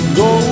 go